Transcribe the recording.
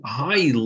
high